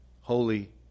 holy